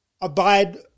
abide